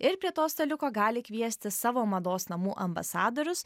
ir prie to staliuko gali kviesti savo mados namų ambasadorius